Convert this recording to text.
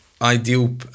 ideal